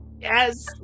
Yes